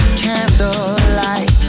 candlelight